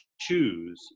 choose